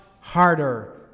harder